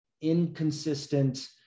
inconsistent